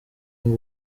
ngo